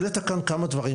העלית כאן כמה דברים,